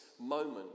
moment